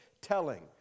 telling